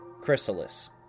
Chrysalis